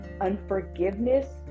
unforgiveness